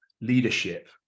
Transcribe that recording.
leadership